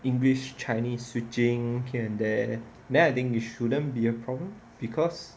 english chinese switching here and there then I think we shouldn't be a problem because